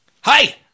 hi